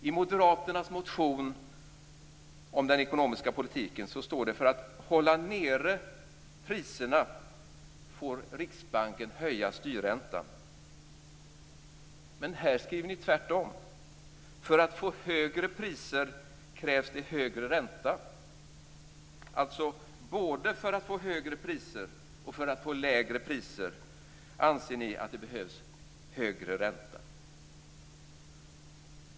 I moderaternas motion om den ekonomiska politiken står det att för att hålla nere priserna får Riksbanken höja styrräntan. Men här skriver ni tvärtom: För att få högre priser krävs det högre ränta. Alltså: Både för att få högre priser och för att få lägre priser anser ni att det behövs högre ränta.